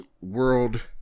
world